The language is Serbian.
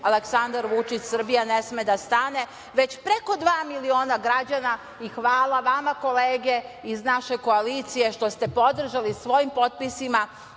„Aleksandar Vučić – Srbija ne sme da stane“, već preko dva miliona građana? Hvala vama, kolege iz naše koalicije, što ste podržali svojim potpisima